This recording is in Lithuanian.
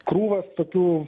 krūvas tokių